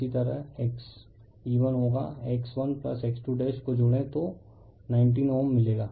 इसी तरह XE1 होगा X1 X2 को जोड़े तो 19ΩΩ मिलेगा